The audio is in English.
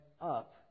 up